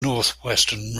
northwestern